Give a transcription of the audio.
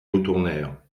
retournèrent